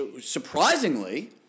surprisingly